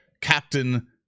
Captain